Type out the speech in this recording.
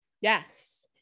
Yes